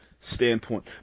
standpoint